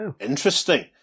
Interesting